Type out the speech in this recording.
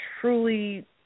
truly